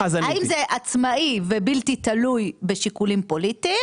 האם זה עצמאי ובלתי תלוי בשיקולים פוליטיים